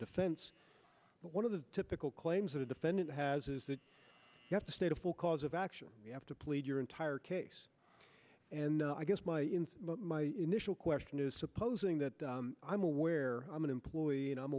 defense but one of the typical claims that a defendant has is that you have to state a full cause of action you have to plead your entire case and i guess my in my initial question is supposing that i'm aware i'm an employee and i'm